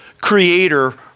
creator